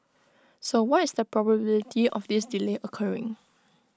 so what is the probability of this delay occurring